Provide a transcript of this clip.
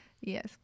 yes